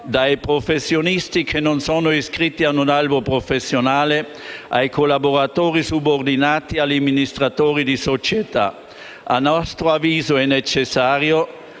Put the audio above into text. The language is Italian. (dai professionisti non iscritti a un albo professionale, ai collaboratori subordinati, agli amministratori di società). A nostro avviso, anche al